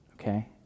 okay